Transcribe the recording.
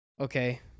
okay